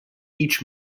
each